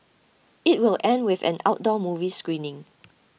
it will end with an outdoor movie screening